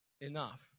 enough